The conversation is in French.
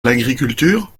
l’agriculture